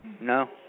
No